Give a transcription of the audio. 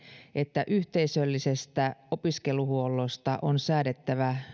että yhteisöllisestä opiskeluhuollosta on säädettävä